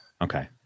Okay